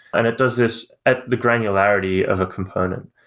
and it does this at the granularity of a component.